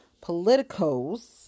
politicos